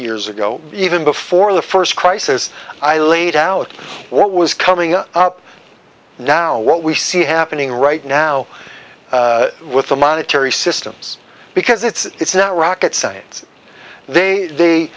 years ago even before the first crisis i laid out what was coming up now what we see happening right now with the monetary systems because it's not rocket science they